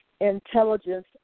intelligence